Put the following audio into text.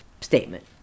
statement